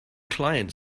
client